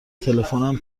تلفنم